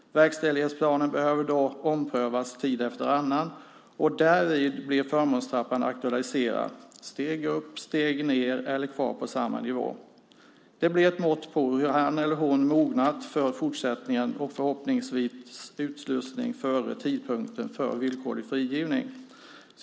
Verkställighetsplanen behöver dock omprövas tid efter annan, och därvid blir förmånstrappan aktualiserad: Det blir steg upp, steg ned eller att den intagne står kvar på samma nivå. Det blir ett mått på hur han eller hon mognat för fortsättningen och förhoppningsvis utslussning före tidpunkten för villkorlig frigivning.